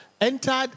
entered